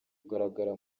kugaragara